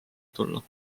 tulla